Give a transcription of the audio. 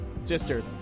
sister